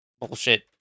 bullshit